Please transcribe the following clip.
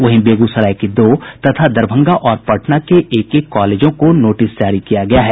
वहीं बेगूसराय के दो तथा दरभंगा और पटना के एक एक कॉलेजों को नोटिस जारी किया गया है